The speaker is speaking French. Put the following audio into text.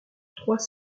trois